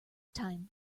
time